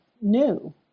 new